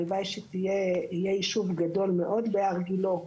הלוואי ויהיה יישוב גדול מאוד בהר גילה.